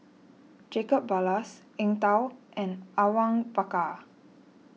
Jacob Ballas Eng Tow and Awang Bakar